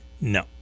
no